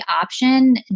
option